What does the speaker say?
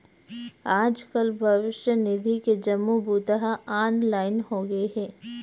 आजकाल भविस्य निधि के जम्मो बूता ह ऑनलाईन होगे हे